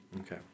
okay